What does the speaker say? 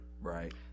right